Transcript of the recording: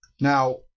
Now